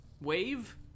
Wave